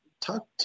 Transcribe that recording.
talk